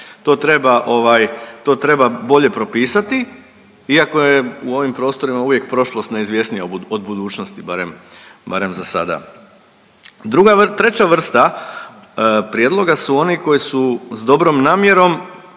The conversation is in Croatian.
treba bolje propisati, iako je u ovim prostorima uvijek prošlost neizvjesnija od budućnosti barem za sada. Treća vrsta prijedloga su oni koji su s dobrom namjerom,